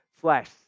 slash